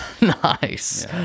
Nice